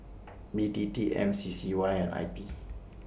B T T M C C Y and I P